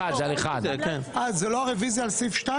1. זה לא הרוויזיה על סעיף 2?